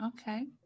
Okay